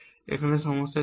এখানে সমস্যাটা কি